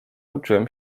uczyłem